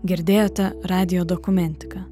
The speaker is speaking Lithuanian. girdėjote radijo dokumentiką